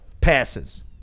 passes